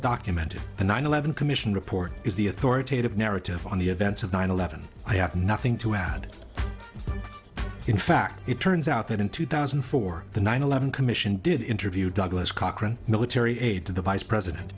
documented the nine eleven commission report is the authoritative narrative on the events of nine eleven i have nothing to add in fact it turns out that in two thousand and four the nine eleven commission did interview douglas cochran military aid to the vice president